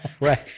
right